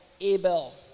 Abel